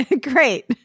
Great